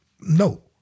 No